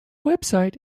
website